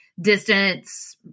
distance